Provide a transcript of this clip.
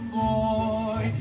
boy